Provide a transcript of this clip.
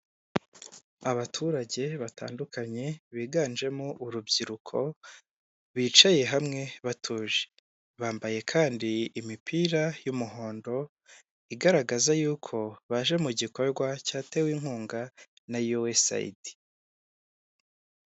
Abaturage batandukanye biganjemo urubyiruko bicaye hamwe batuje, bambaye kandi imipira y'umuhondo igaragaza y'uko baje mu gikorwa cyatewe inkunga na USAID.